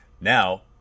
Now